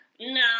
No